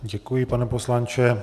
Děkuji, pane poslanče.